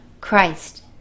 Christ